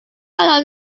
out